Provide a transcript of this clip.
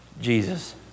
Jesus